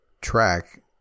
track